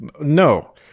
No